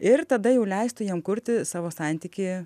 ir tada jau leistų jam kurti savo santykį